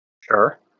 Sure